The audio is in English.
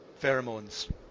Pheromones